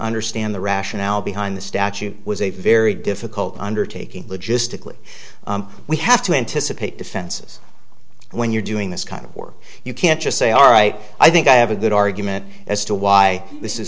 understand the rationale behind the statute was a very difficult undertaking logistically we have to anticipate defenses when you're doing this kind of work you can't just say all right i think i have a good argument as to why this is